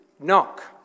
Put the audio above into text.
knock